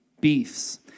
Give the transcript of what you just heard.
beefs